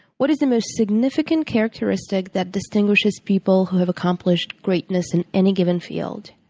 what is the most significant characteristic that distinguishes people who have accomplished greatness in any given field?